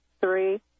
three